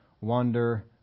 Wander